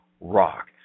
rock